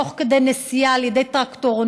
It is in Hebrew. תוך כדי נסיעה על ידי טרקטורונים,